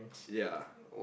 ya